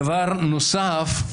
דבר נוסף.